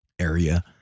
area